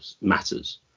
matters